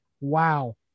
Wow